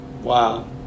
Wow